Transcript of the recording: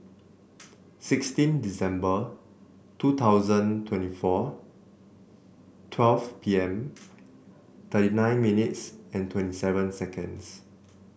sixteen December two thousand twenty four twelve P M thirty nine minutes and twenty seven seconds